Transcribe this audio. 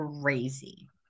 Crazy